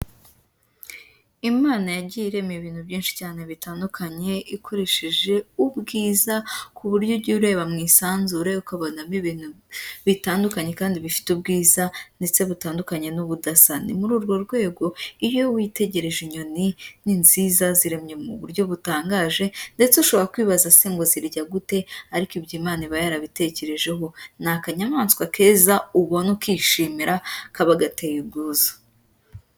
Imana yagiye irema ibintu byinshi cyane bitandukanye ikoresheje ubwiza, ku buryo ujya ureba mu isanzure ukabonamo ibintu bitandukanye kandi bifite ubwiza ndetse butandukanye n'ubudasa, ni muri urwo rwego iyo witegereje inyoni ni nziza ziremye mu buryo butangaje ndetse ushobora kwibaza se ngo zirya gute, ariko ibyo Imana iba yarabitekerejeho, ni akanyamaswa keza ubona ukishimira kaba gateye ubwuzu.